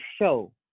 show